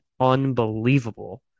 unbelievable